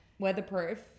Weatherproof